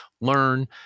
learn